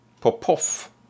Popoff